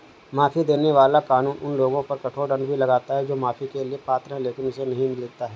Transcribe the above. माफी देने वाला कानून उन लोगों पर कठोर दंड भी लगाता है जो माफी के लिए पात्र हैं लेकिन इसे नहीं लेते हैं